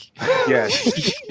Yes